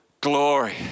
glory